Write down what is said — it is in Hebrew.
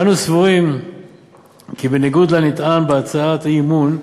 אנו סבורים כי בניגוד לנטען בהצעת האי-אמון,